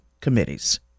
committees